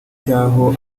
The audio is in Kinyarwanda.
cyaho